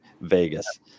Vegas